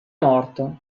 morto